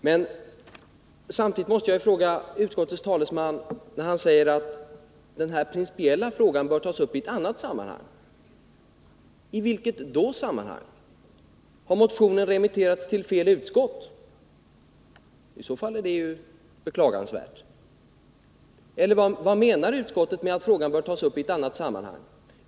Men när utskottets talesman säger att den principiella frågan bör tas upp i ett annat sammanhang måste jag fråga honom: I vilket sammanhang? Har motionen remitterats till fel utskott? I så fall är det beklagansvärt. Eller vad menar utskottet med att frågan bör tas upp i ett annat sammanhang?